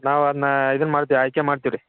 ನಾವು ಅದನ್ನ ಇದನ್ನ ಮಾಡ್ತೀವಿ ಆಯ್ಕೆ ಮಾಡ್ತೀವಿ ರೀ